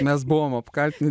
mes buvom apkaltin